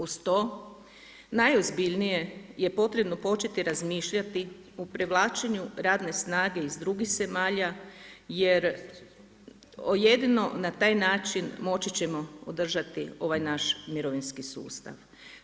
Uz to najozbiljnije je potrebno početi razmišljati u prihvaćenju radne snage iz drugih zemalja, jer jedino na taj način, moći ćemo održati ovaj naš mirovinski sustav.